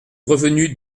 revenu